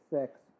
six